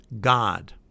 God